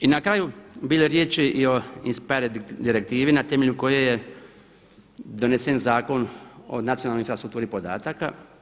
I na kraju, bilo je riječi i o INSPIRE direktivi na temelju koje je donesen Zakon o nacionalnoj infrastrukturi podataka.